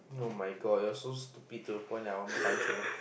[oh]-my-god you are so stupid to the point that I want to punch you